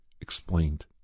explained